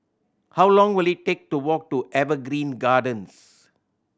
how long will it take to walk to Evergreen Gardens